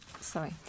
sorry